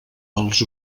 els